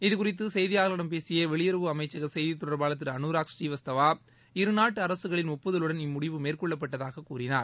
இது குறித்து செய்தியாளர்களிடம் பேசிய வெளியுறவு அமைச்சக செய்தித் தொடர்பாளத் திரு அனுராக் ஸ்ரீவஸ்தவா இருநாட்டு அரசுகளின் ஒப்புதலுடன் இம்முடிவு மேற்கொள்ளப்பட்டதாக கூறினார்